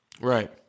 Right